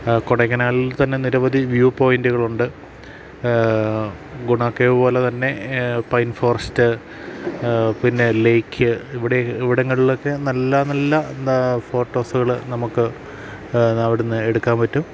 കൊടക്കനാലിൽ തന്നെ നിരവധി വ്യൂ പോയിൻറ്റുകളുണ്ട് ഗുണാക്കേവ് പോലെ തന്നെ പൈൻ ഫോറസ്റ്റ് പിന്നെ ലേക്ക് ഇവിടെ ഇവിടങ്ങളിൽ ഒക്കെ നല്ല നല്ല എന്താ ഫോട്ടോസുകൾ നമുക്ക് അവിടുന്ന് എടുക്കാൻ പറ്റും